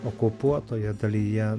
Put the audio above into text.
okupuotoje dalyje